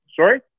Sorry